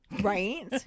Right